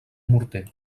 morter